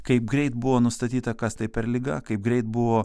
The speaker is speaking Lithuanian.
kaip greit buvo nustatyta kas tai per liga kaip greit buvo